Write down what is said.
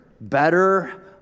better